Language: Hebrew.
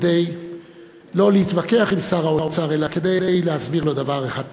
לא כדי להתווכח עם שר האוצר אלא כדי להסביר לו דבר אחד פשוט: